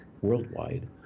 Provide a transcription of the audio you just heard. worldwide